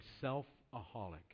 self-aholic